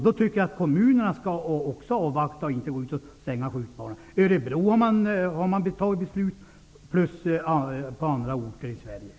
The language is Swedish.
Då tycker jag att också kommunerna skall avvakta och inte stänga skjutbanor, som man har gjort i Örebro och på andra orter i Sverige.